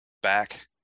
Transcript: back